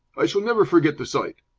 i shall never forget the sight.